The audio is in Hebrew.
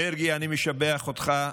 מרגי, אני משבח אותך,